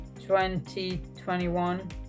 2021